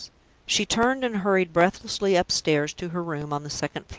she turned and hurried breathlessly upstairs to her room on the second floor.